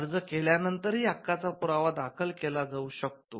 अर्ज केल्यानंतरही हक्काचा पुरावा दाखल केला जाऊ शकतो